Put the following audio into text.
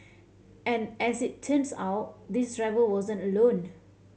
and as it turns out this driver wasn't alone